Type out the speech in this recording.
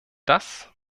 das